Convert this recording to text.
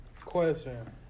Question